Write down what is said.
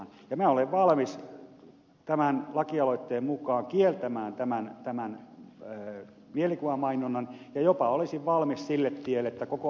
minä olen valmis tämän lakialoitteen mukaan kieltämään tämän mielikuvamainonnan ja jopa olisin valmis sille tielle että koko alkoholimainonta kiellettäisiin